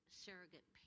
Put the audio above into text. surrogate